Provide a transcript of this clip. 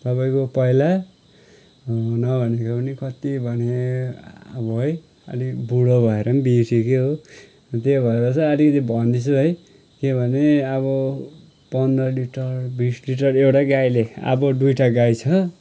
तपाईँको पहिला नभेनेको पनि कति भने अब है अलिक बुडो भएर पनि बेचेकै हो त्यो भएर चाहिँ आलिकति भन्दैछु है के भने अब पन्ध्र लिटर बिस लिटर एउटै गाईले अब दुईटा गाई छ